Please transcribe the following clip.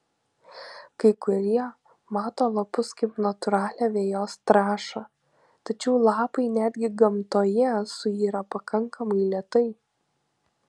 kai kurie mato lapus kaip natūralią vejos trąšą tačiau lapai netgi gamtoje suyra pakankamai lėtai